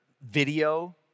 video